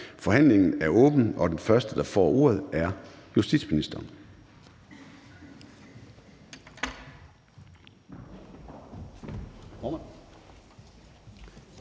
Forhandlingen er åbnet, og den første, der får ordet, er justitsministeren.